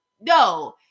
No